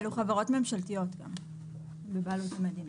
אלו גם חברות ממשלתיות בבעלות המדינה.